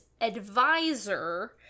advisor